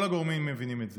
כל הגורמים מבינים את זה.